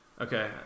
Okay